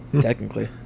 technically